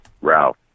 ralph